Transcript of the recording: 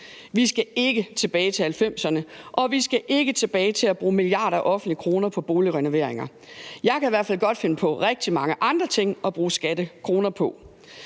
Vi skal ikke tilbage til 1990'erne, og vi skal ikke tilbage til at bruge milliarder af offentlige kroner på boligrenoveringer – jeg kan i hvert fald godt finde på rigtig mange andre ting at bruge skattekroner på.